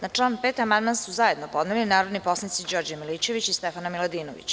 Na član 5. amandman su zajedno podneli narodni poslanici Đorđe Milićević i Stefana Miladinović.